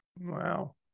Wow